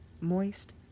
moist